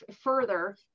further